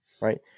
Right